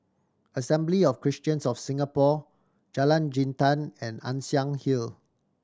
Assembly of Christians of Singapore Jalan Jintan and Ann Siang Hill